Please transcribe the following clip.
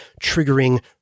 triggering